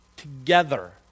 Together